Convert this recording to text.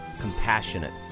compassionate